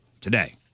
today